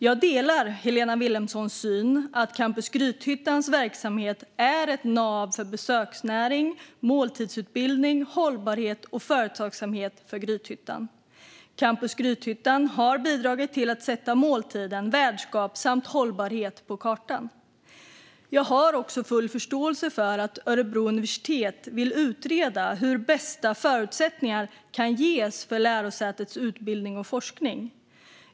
Jag delar Helena Vilhelmssons syn att Campus Grythyttans verksamhet är ett nav för besöksnäring, måltidsutbildning, hållbarhet och företagsamhet för Grythyttan. Campus Grythyttan har bidragit till att sätta måltid, värdskap och hållbarhet på kartan. Jag har också full förståelse för att Örebro universitet vill utreda hur bästa förutsättningar kan ges för lärosätets utbildning och forskning.